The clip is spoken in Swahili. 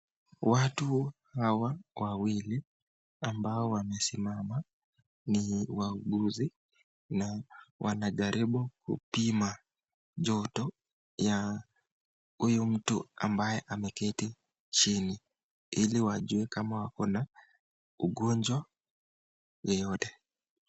Watu hawa wawili ambao wamesimama ni wauguzi na wanajaribu kupima joto ya huyu mtu ambaye ameketi chini ili wajue kama akona ugonjwa yeyote.